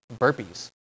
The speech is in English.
burpees